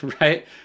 right